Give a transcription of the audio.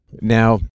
Now